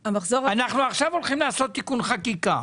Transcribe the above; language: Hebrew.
אנחנו עכשיו הולכים לעשות תיקון חקיקה.